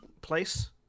place